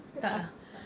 tak lah tak